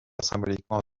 symboliquement